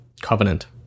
covenant